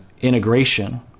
integration